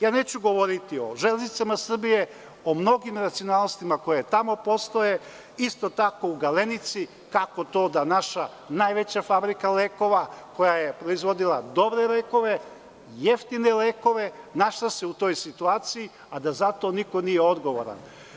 Neću govoriti o „Železnicama Srbije“ o mnogim racionalnostima koje tamo postoje, isto tako u „Gelenici“, kako to da naša najveća fabrika lekova koja je proizvodila dobre lekove, jeftine lekove, našla se u toj situaciji, a da za to niko nije odgovoran.